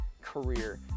career